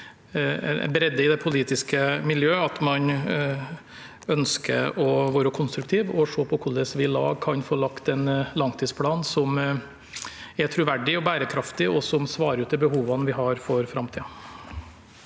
bredde i det politiske miljøet, og at man ønsker å være konstruktiv og se på hvordan vi sammen kan få lagt en langtidsplan som er troverdig og bærekraftig, og som svarer ut de behovene vi har for framtiden.